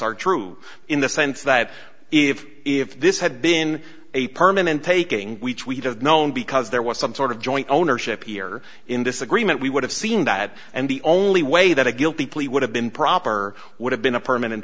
are true in the sense that if if this had been a permanent taking which we'd have known because there was some sort of joint ownership here in this agreement we would have seen that and the only way that a guilty plea would have been proper would have been a permanent